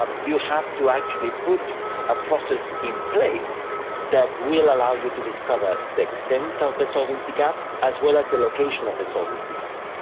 um you have to actually put a process in place that will allow you to discover the extent of the solvency gaps as well as the location of the solvency gap.